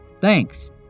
Thanks